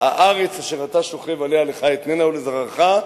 "הארץ אשר אתה שוכב עליה, לך אתננה ולזרעך",